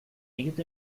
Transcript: inget